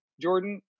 Jordan